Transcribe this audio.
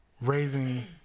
raising